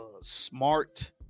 smart